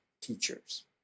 teachers